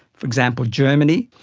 for example germany,